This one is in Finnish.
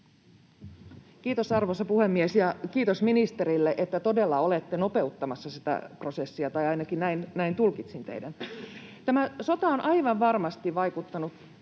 Kiitos, arvoisa puhemies! Ja kiitos ministerille, että todella olette nopeuttamassa sitä prosessia, tai ainakin näin tulkitsin. Tämä sota on aivan varmasti vaikuttanut